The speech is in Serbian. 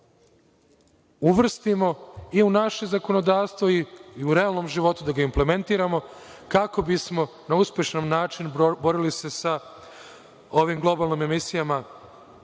uvrstimo i u naše zakonodavstvo i u realnom životu da implementiramo kako bismo se na uspešan način borili sa ovim globalnim emisijama